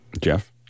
Jeff